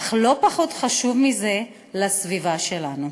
אך לא פחות חשוב מזה, לסביבה שלנו.